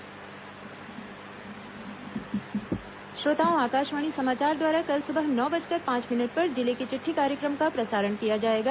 जिले की चिटठी श्रोताओं आकाशवाणी समाचार द्वारा कल सुबह नौ बजकर पांच मिनट पर जिले की चिट्ठी कार्य क्र म का प्रसारण किया जाएगा